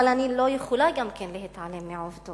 אבל אני לא יכולה גם כן להתעלם מעובדות.